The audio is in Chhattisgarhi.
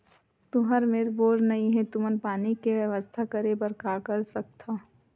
तुहर मेर बोर नइ हे तुमन पानी के बेवस्था करेबर का कर सकथव?